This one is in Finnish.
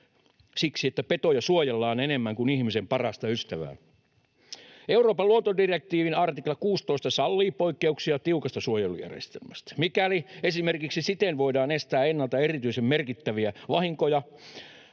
Petoja suojellaan enemmän kuin ihmisen parasta ystävää. Euroopan luontodirektiivin artikla 16 sallii poikkeuksia tiukasta suojelujärjestelmästä, mikäli siten voidaan esimerkiksi estää ennalta erityisen merkittäviä vahinkoja